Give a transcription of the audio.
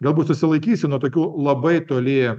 galbūt susilaikysiu nuo tokių labai toli